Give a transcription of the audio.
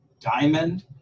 diamond